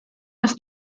los